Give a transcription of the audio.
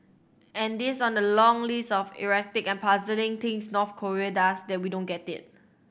and this on the long list of erratic and puzzling things North Korea does that we don't get it